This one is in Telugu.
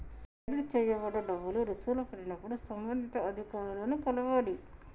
క్రెడిట్ చేయబడే డబ్బులు రిస్కులో పడినప్పుడు సంబంధిత అధికారులను కలవాలి